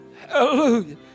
Hallelujah